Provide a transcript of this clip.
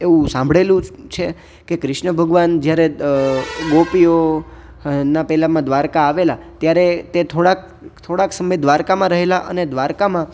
એવું સાંભળેલું છે કે કૃષ્ણ ભગવાન જ્યારે ગોપીઓના પહેલામાં દ્વારિકા આવેલા ત્યારે તે થોડાક થોડાક સમય દ્વારિકામાં રહેલા અને દ્વારિકામાં